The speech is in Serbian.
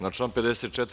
Na član 54.